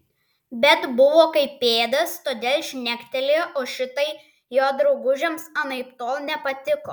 bet buvo kaip pėdas todėl žnektelėjo o šitai jo draugužiams anaiptol nepatiko